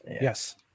Yes